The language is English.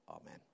Amen